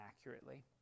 accurately